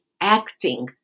acting